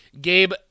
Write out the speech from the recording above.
Gabe